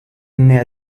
naît